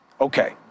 Okay